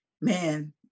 man